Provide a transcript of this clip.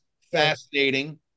fascinating